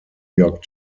york